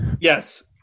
Yes